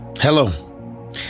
Hello